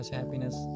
happiness